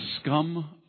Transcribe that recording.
scum